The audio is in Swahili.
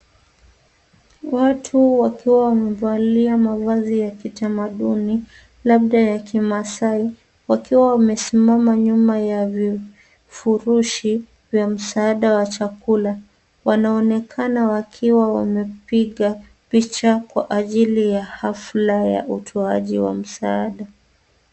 Watu wakiwa wamevalia mavazi ya kitamaduni labda ya kimasai, wakiwa wamesimama nyuma ya vifurushi vya msaada wa chakula. Wanaonekana wakiwa wamepiga picha kwa ajili ya hafla ya utoaji wa msaada.